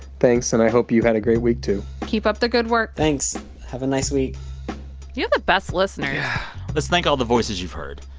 thanks and i hope you had a great week, too keep up the good work thanks. have a nice week you have the best listeners yeah let's thank all the voices you've heard.